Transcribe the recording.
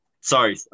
Sorry